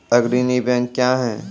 अग्रणी बैंक क्या हैं?